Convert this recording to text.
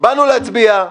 באנו להצביע,